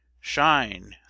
Shine